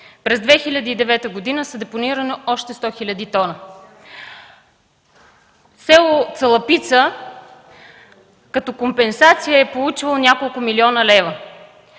През 2009 г. са депонирани още 100 хиляди тона. Село Цалапица като компенсация е получило няколко милиона лева.